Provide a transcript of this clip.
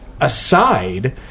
aside